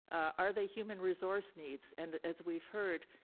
are they human resource needs? and as we've heard,